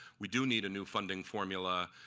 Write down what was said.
we do need a new funding formula.